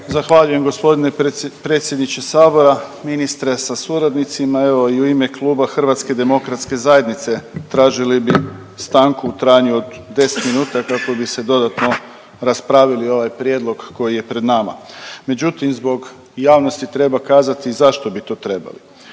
Zahvaljujem. Gospodine predsjedniče sabora, ministre sa suradnicima evo i u ime Kluba HDZ-a tražili bi stanku u trajanju od 10 minuta kako bi se dodatno raspravili ovaj prijedlog koji je pred nama. Međutim, zbog javnosti treba kazati zašto bi to trebalo.